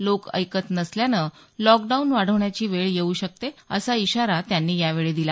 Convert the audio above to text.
लोक ऐकत नसल्यानं लॉकडाऊन वाढवण्याची वेळ येऊ शकते असा इशारा त्यांनी यावेळी दिला